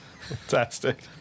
Fantastic